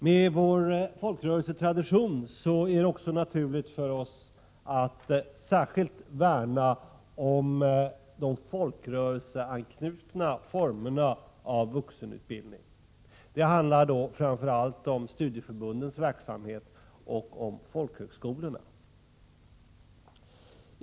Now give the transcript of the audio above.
Med vår folkrörelsetradition är det också naturligt för oss att särskilt värna om de folkrörelseanknutna formerna av vuxenutbildning. Det handlar då framför allt om studieförbundens verksamhet och om folkhögskolorna.